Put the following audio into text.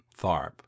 Tharp